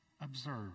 observe